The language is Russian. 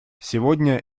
сегодня